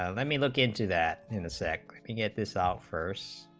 um i mean look into that insect you get this offers